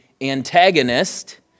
antagonist